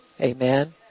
Amen